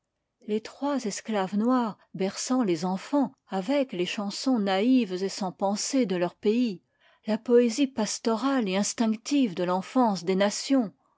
les trois esclaves noires berçant les enfans avec les chansons naïves et sans pensée de leur pays la poésie pastorale et instinctive de l'enfance des nations